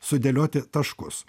sudėlioti taškus